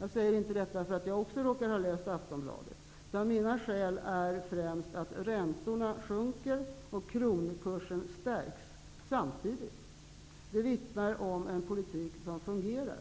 Jag säger inte detta på grund av att också jag råkar ha läst Aftonbladet, utan mina skäl för att säga detta är främst att räntorna sjunker och kronkursen stärks -- samtidigt. Det vittnar om en politik som fungerar.